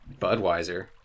Budweiser